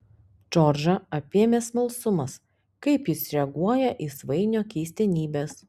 džordžą apėmė smalsumas kaip jis reaguoja į svainio keistenybes